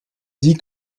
dit